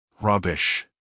Rubbish